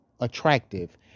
attractive